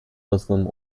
muslim